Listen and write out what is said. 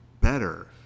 better